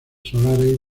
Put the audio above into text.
solares